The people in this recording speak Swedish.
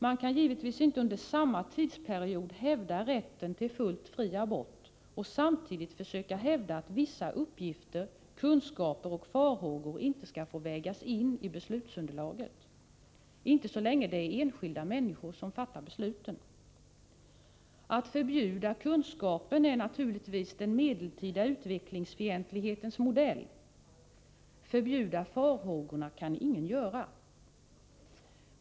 Man kan givetvis inte under samma tidsperiod hävda rätten till fullt fri abort och samtidigt försöka hävda att vissa uppgifter, kunskaper och farhågor inte skall få vägas in i beslutsunderlaget — inte så länge det är enskilda människor som fattar besluten. Att förbjuda kunskapen är naturligtvis den medeltida utvecklingsfientlighetens modell — förbjuda farhågorna kan ingen göra.